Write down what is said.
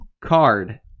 card